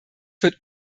wird